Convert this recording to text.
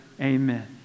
Amen